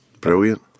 Brilliant